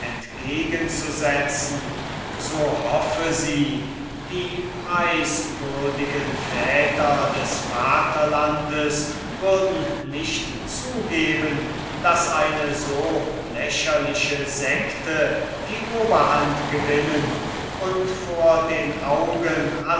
setzen so hoffte sie die preiswürdigen väter des vaterlandes würden nicht zugeben daß eine so lächerliche secte die oberhand gewinnen und vor den augen